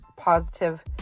positive